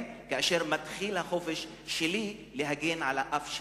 כאשר מתחיל החופש שלי להגן על האף שלי.